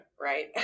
right